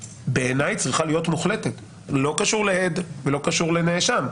בעיניי צריכה להיות מוחלטת וזה לא קשור לעד ולא קשור לנאשם.